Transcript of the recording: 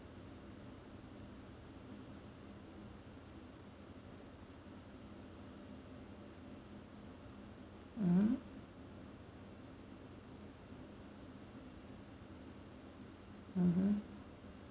mm mmhmm